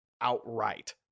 outright